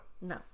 No